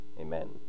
Amen